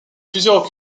plusieurs